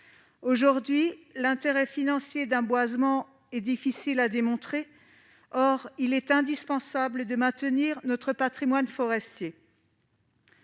Aujourd'hui, l'intérêt financier d'un boisement est difficile à démontrer. Or il est indispensable de maintenir notre patrimoine forestier.